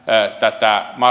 tätä